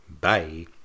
Bye